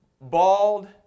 bald